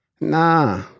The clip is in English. Nah